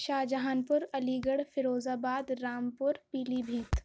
شاہجہاں پور Aligarh Firozabad Rampur پیلی بھیت